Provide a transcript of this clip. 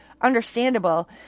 understandable